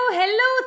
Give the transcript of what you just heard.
hello